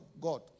God